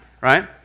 right